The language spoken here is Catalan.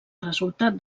resultat